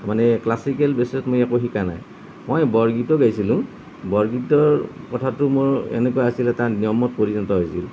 মানে ক্লাছিকেল বেচত মই একো শিকা নাই মই বৰগীতো গাইছিলোঁ বৰগীতৰ কথাটো মোৰ এনেকুৱা আছিলে এটা নিয়মত পৰিণত হৈছিল